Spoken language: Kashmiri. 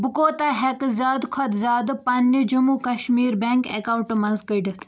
بہٕ کوتاہ ہٮ۪کہٕ زِیٛادٕ کھۄتہٕ زِیٛادٕ پنِنہِ جٔموں کشمیٖر بیٚنٛک اکاونٹ منٛز کٔڑِتھ